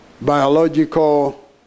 biological